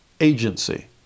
agency